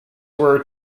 were